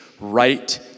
right